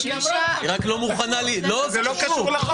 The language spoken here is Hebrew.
היא לא מוכנה --- זה לא קשור לחוק.